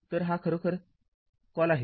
तर हा खरोखर कॉल आहे